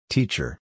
Teacher